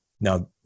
now